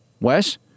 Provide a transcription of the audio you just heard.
Wes